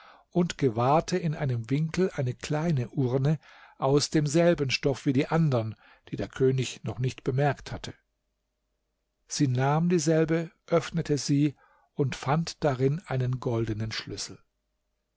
und gewahrte in einem winkel eine kleine urne aus demselben stoff wie die andern die der könig noch nicht bemerkt hatte sie nahm dieselbe öffnete sie und fand darin einen goldenen schlüssel